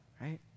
right